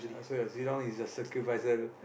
so your Zilong is your sacrificer